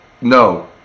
no